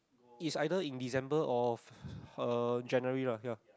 is either in December or uh January lah ya